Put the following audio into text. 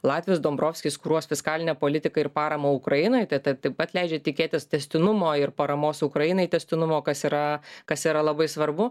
latvis dombrovskis kuruos fiskalinę politiką ir paramą ukrainai tai taip pat leidžia tikėtis tęstinumo ir paramos ukrainai tęstinumo kas yra kas yra labai svarbu